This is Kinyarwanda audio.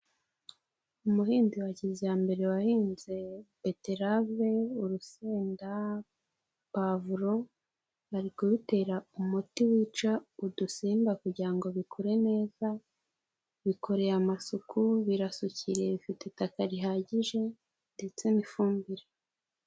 Umuhinzi wa kijyambere wahinze beterave, urusenda, pavuro ari kubitera umuti wica udusimba kugira ngo bikure neza, bikoreye amasuku birasukiye bifite itaka rihagije ndetse n'ifumbire.